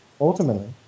ultimately